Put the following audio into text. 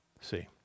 See